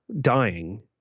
dying